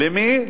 למי?